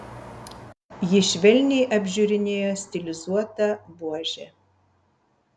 ji švelniai apžiūrinėjo stilizuotą buožę